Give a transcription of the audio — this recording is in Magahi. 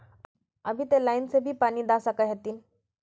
अभी ते लाइन से भी पानी दा सके हथीन?